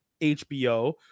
HBO